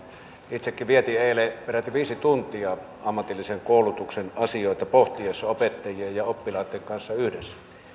itsekin vietin eilen peräti viisi tuntia ammatillisen koulutuksen asioita pohtiessa opettajien ja oppilaitten kanssa yhdessä kuitenkin